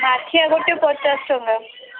ମାଠିଆ ଗୋଟେ ପଚାଶ ଟଙ୍କା